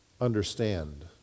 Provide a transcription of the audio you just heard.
understand